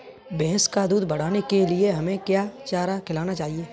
भैंस का दूध बढ़ाने के लिए हमें क्या चारा खिलाना चाहिए?